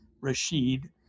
Rashid